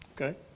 Okay